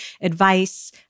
advice